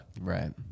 right